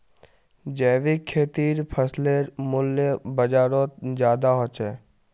जैविक खेतीर फसलेर मूल्य बजारोत ज्यादा होचे